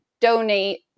donate